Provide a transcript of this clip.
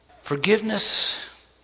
forgiveness